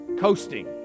coasting